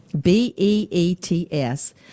B-E-E-T-S